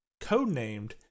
codenamed